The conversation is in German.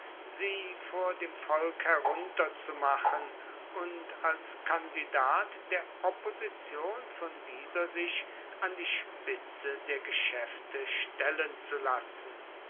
sie vor dem volk herunterzumachen und als kandidat der opposition von dieser sich an die spitze der geschäfte stellen zu lassen